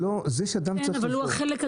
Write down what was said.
אבל הוא החלק הדומיננטי.